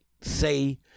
say